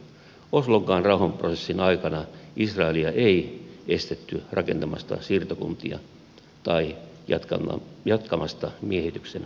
oslonkaan rauhanprosessin aikana israelia ei estetty rakentamasta siirtokuntia tai jatkamasta miehityksen vahvistamista